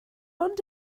ond